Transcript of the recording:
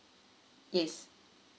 yes